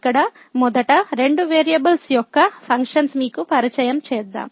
ఇక్కడ మొదట రెండు వేరియబుల్స్ యొక్క ఫంక్షన్స్ మీకు పరిచయం చేద్దాం